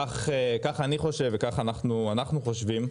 כך אני חושב וכך אנחנו חושבים,